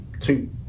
Two